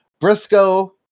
Briscoe